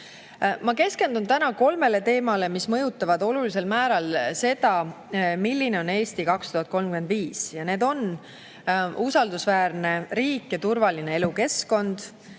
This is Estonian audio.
Ma keskendun täna kolmele teemale, mis mõjutavad olulisel määral seda, milline on Eesti 2035. Need on usaldusväärne riik ja turvaline elukeskkond,